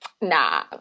nah